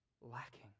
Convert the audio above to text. lacking